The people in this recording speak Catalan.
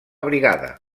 brigada